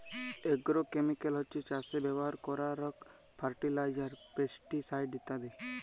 agrochemical হছ্যে চাসে ব্যবহার করারক ফার্টিলাইজার, পেস্টিসাইড ইত্যাদি